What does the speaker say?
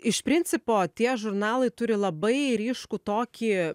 iš principo tie žurnalai turi labai ryškų tokį